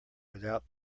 without